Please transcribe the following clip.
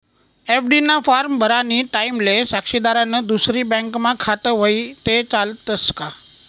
FD ना form भरानी टाईमले साक्षीदारनं दुसरी बँकमा खातं व्हयी ते चालस का